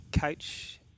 Coach